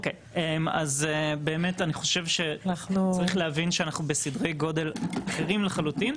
אז באמת אני חושב שצריך להבין שאנחנו בסדרי גודל אחרים לחלוטין.